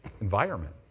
environment